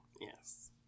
yes